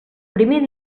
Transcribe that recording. primer